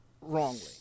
wrongly